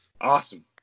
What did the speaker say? Awesome